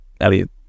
Elliot